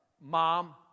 mom